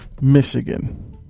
Michigan